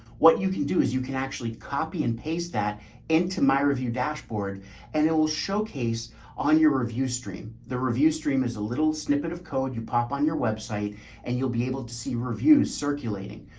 what you can do is you can actually copy and paste that into my review dashboard and it will showcase on your review stream. the review stream is a little snippet of code. you pop on your website and you'll be able to see reviews circulating.